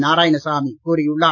நாராயணசாமி கூறியுள்ளார்